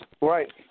Right